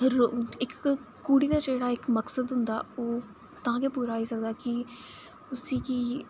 इक कुड़ी दा जेह्ड़ा एक्क मक्सद हुंदा ओह् तां के पूरा होई सकदा कि उसी कि